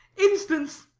instance,